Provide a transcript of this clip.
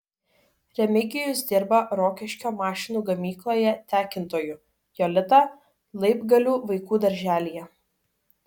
remigijus dirba rokiškio mašinų gamykloje tekintoju jolita laibgalių vaikų darželyje